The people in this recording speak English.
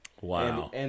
Wow